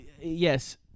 yes